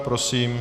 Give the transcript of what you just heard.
Prosím.